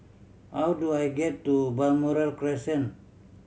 how do I get to Balmoral Crescent